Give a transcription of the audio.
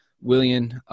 William